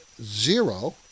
zero